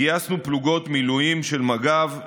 גייסנו פלוגות מילואים של מג"ב,